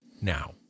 now